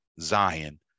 Zion